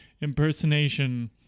impersonation